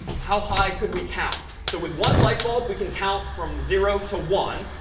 how high could we count? so with one light bulb, we can count from zero to one,